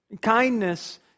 Kindness